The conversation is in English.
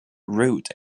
route